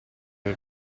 che